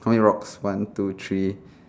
count your rocks one two three